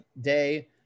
day